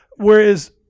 Whereas